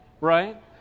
right